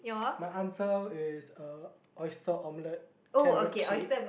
my answer is uh oyster-omelette carrot-cake